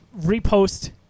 repost